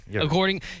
according